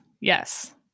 yes